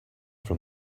from